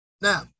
Now